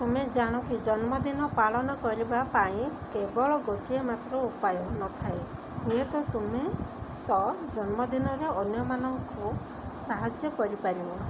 ତୁମେ ଜାଣ କି ଜନ୍ମଦିନ ପାଳନ କରିବା ପାଇଁ କେବଳ ଗୋଟିଏ ମାତ୍ର ଉପାୟ ନଥାଏ ହୁଏ ତ ତୁମେ ତ ଜନ୍ମଦିନରେ ଅନ୍ୟମାନଙ୍କୁ ସାହାଯ୍ୟ କରିପାରିବ